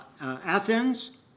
Athens